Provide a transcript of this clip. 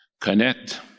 connect